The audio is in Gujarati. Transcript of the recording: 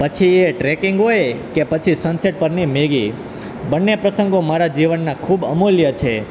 પછી એ ટ્રેકિંગ હોય કે પછી સન સેટ પરની મેગી બંને પ્રસંગો મારા જીવનના ખૂબ અમૂલ્ય છે